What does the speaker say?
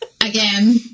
Again